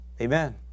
Amen